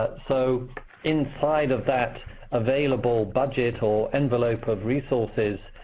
ah so inside of that available budget or envelope of resources,